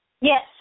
Yes